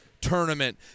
Tournament